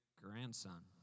grandson